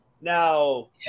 Now